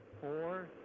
Four